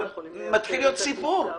אבל מתחיל להיות סיפור.